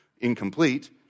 incomplete